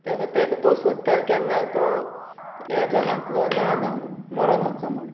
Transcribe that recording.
ताका ताका तो सोदता केन्ना तो ह्या जगांतलो ना जावन मोरोन वचो म्हूण